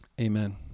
amen